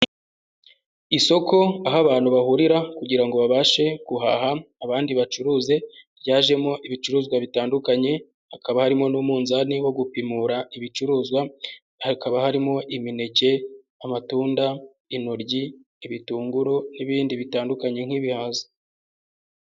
Isoko aho abantu bahurira kugira ngo babashe guhaha, abandi bacuruze ryajemo ibicuruzwa bitandukanye, hakaba harimo n'umunzani wo gupimura ibicuruzwa, hakaba harimo imineke, amatunda, intoryi, ibitunguru n'ibindi bitandukanye nk'ibihaza.